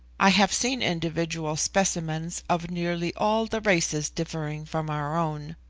i have seen individual specimens of nearly all the races differing from our own,